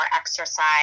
exercise